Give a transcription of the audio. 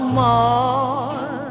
more